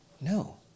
No